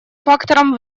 фактором